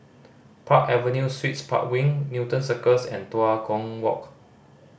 Park Avenue Suites Park Wing Newton Cirus and Tua Kong Walk